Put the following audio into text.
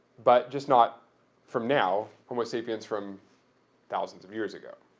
but just not from now, homo sapiens from thousands of years ago.